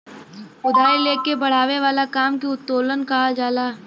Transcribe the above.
उधारी ले के बड़ावे वाला काम के उत्तोलन कहल जाला